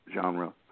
genre